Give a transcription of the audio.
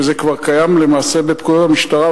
שזה כבר קיים למעשה בפקודות המשטרה,